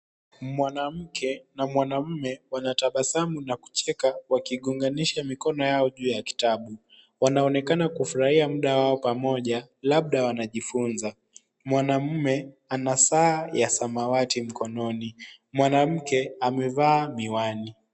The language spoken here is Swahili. Mwaanamke na mwanaume wanatabasamu kwa kucheka wakigonganisha mikono yao juu ya kitabu. Wanaonekana kufurahia muda wao pamoja labda wanajifunza. Mwanaume ana saa ya samawati mkononi. Mwanamke amevaa miwani.